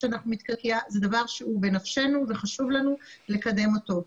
שאנחנו --- זה דבר שהוא בנפשנו וחשוב לנו לקדם אותו.